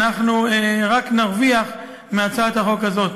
אנחנו רק נרוויח מהצעת החוק הזאת.